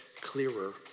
clearer